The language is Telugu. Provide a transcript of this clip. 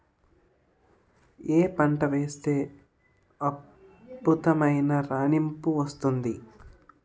ఏ పంట వేస్తే అద్భుతమైన రాణింపు వస్తుంది?